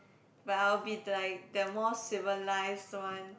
but I'll be like the most civilised one